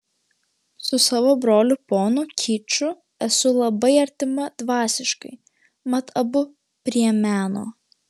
su savo broliu ponu kiču esu labai artima dvasiškai mat abu prie meno